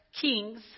kings